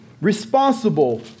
responsible